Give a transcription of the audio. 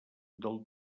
del